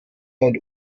und